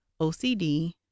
OCD